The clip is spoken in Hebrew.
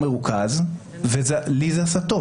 מותר מכוח תקנות לייצר הבחנות על פי כללי פסקת ההגבלה,